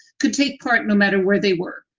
could take part no matter where they were.